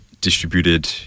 distributed